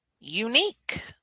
unique